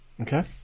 Okay